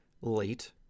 late